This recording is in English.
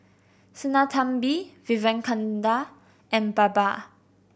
Sinnathamby Vivekananda and Baba